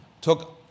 took